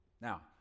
Now